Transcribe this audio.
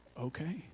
okay